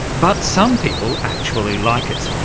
but some people actually like it.